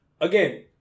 Again